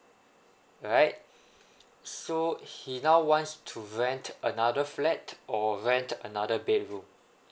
alright so he now wants to rent another flat or rent another bedroom